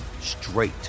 straight